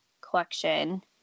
collection